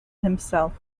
himself